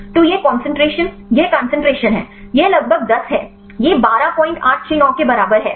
तो यह कंसंट्रेशन यह कंसंट्रेशन है यह लगभग 10 है यह 12869 के बराबर है